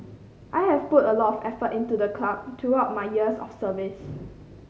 I have put a lot of effort into the club throughout my years of service